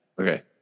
Okay